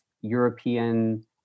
European